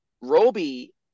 Roby